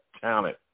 talent